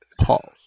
Pause